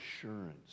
assurance